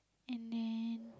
and then